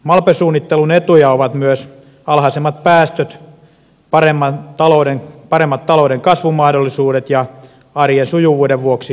malpe suunnittelun etuja ovat myös alhaisemmat päästöt paremmat talouden kasvumahdollisuudet ja arjen sujuvuuden vuoksi lisääntyvä hyvinvointi